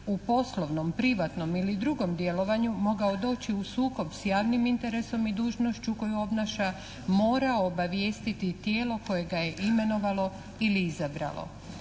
u poslovnom, privatnom ili drugom djelovanju mogao doći u sukob s javnim interesom i dužnošću koju obnaša mora obavijestiti tijelo koje ga je imenovalo ili izabralo.